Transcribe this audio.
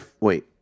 Wait